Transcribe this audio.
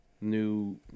new